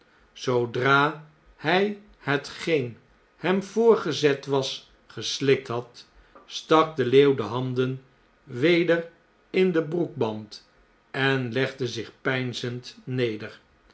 zoodra hij hetgeen hem voorgezet was geslikt had stak de leeuw de handen weder in den broekband en legde zich peinzend neder